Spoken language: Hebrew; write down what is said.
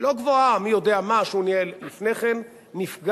לא גבוהה מי-יודע-מה שהוא ניהל לפני כן נפגעת,